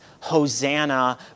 Hosanna